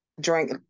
drink